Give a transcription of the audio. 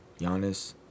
Giannis